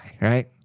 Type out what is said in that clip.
right